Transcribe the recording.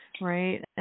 right